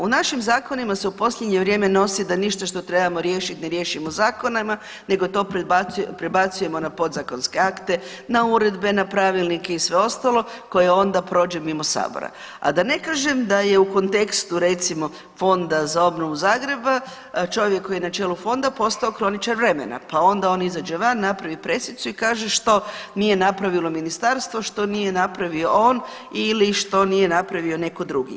U našim zakonima se u posljednje vrijeme nosi da ništa što trebamo riješiti, ne riješimo zakonima, nego to prebacujemo na podzakonske akte, na uredbe, na pravilnike i sve ostalo, koje onda prođe mimo Sabora, a da ne kažem da je u kontekstu, recimo Fonda za obnovu Zagreba čovjek koji je na čelu Fonda, postao kroničar vremena, pa onda on izađe van, napravi pressicu i kaže što nije napravilo Ministarstvo, što nije napravio on ili što nije napravio netko drugi.